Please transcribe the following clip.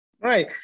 Right